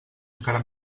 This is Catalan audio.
encara